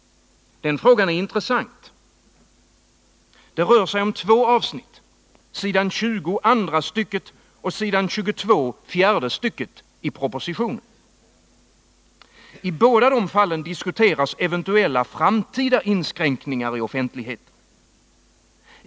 Den frågan är intressant. Det rör sig om två avsnitt, s. 20, andra stycket, och s. 22, fjärde stycket, i propositionen. I båda fallen diskuteras eventuella framtida inskränkningar i offentligheten.